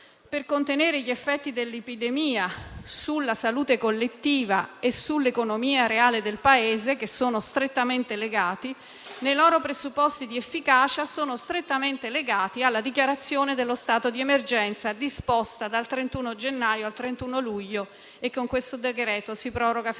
per contenere gli effetti dell'epidemia sulla salute collettiva e sull'economia reale del Paese che sono strettamente legati, nei loro presupposti di efficacia sono strettamente connessi alla dichiarazione dello stato di emergenza disposta dal 31 gennaio al 31 luglio e che con il provvedimento in